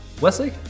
Wesley